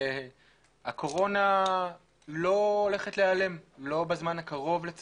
והקורונה לא הולכת להיעלם, לא בזמן הקרוב, לצערי,